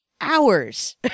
hours